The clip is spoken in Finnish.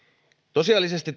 tosiasiallisesti